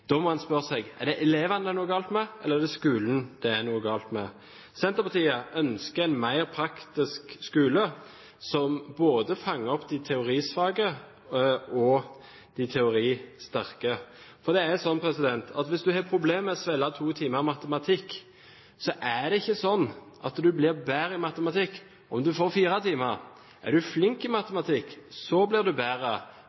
Da må man spørre seg: Er det elevene det er noe galt med, eller er det skolen det er noe galt med? Senterpartiet ønsker en mer praktisk skole som fanger opp både de teorisvake og de teoristerke. Det er jo sånn at hvis du har problemer med å svelge to timer med matematikk, blir du ikke bedre i matematikk om du får fire timer. Er du flink i